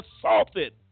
assaulted